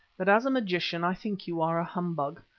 but as a magician i think you are a humbug.